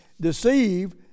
deceive